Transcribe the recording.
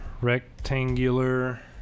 rectangular